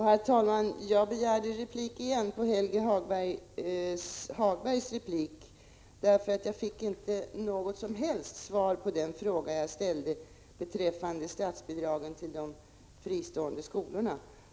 Herr talman! Efter Helge Hagbergs replik begärde jag återigen replik, därför att jag inte fick något svar på den fråga som jag hade ställt beträffande statsbidragen till de fristående skolorna.